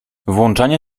włączanie